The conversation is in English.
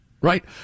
Right